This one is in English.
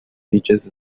features